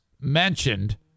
mentioned